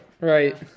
Right